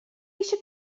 eisiau